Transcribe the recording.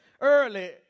early